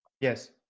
yes